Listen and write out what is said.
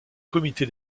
comité